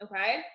okay